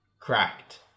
Cracked